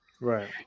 Right